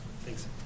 Thanks